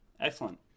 Excellent